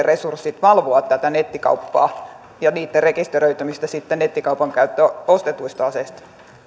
resurssit valvoa tätä nettikauppaa ja niitten rekisteröitymistä sitten nettikaupan kautta ostetuista aseista